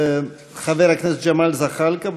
חבר הכנסת ג'מאל זחאלקה,